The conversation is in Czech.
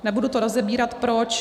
Nebudu to rozebírat proč.